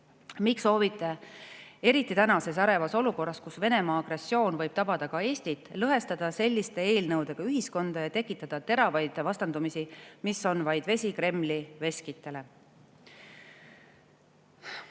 "Miks soovite, eriti tänases ärevas olukorras, kus Venemaa agressioon võib tabada ka Eestit, lõhestada selliste eelnõudega ühiskonda ja tekitada teravaid vastandumisi, mis on vaid vesi Kremli veskitele?"